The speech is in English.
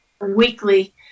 weekly